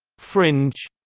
fringe